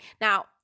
Now